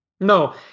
No